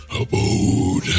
abode